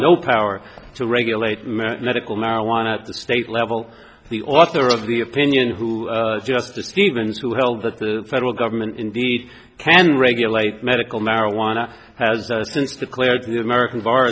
no power to regulate medical marijuana at the state level the author of the opinion who just a few even two held that the federal government indeed can regulate medical marijuana has since declared an american bar